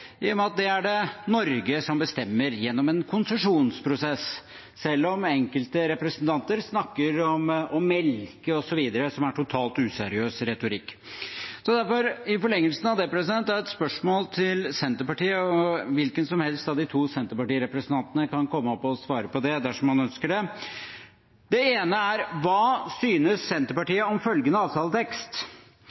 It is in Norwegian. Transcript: i og med at det er det Norge som bestemmer gjennom en konsesjonsprosess, selv om enkelte representanter snakker om «å melke» osv., som er totalt useriøs retorikk. I forlengelsen av det har jeg derfor et spørsmål til Senterpartiet, og hvilken som helst av de to Senterparti-representantene kan komme opp og svare på det dersom man ønsker det. Det ene er: Hva synes Senterpartiet om følgende avtaletekst: